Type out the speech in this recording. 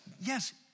yes